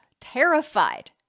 terrified